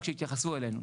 רק שיתייחסו אלינו.